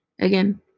Again